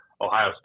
Ohio